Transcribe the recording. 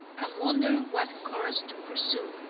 and wondering what course to pursue,